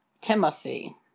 Timothy